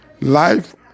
Life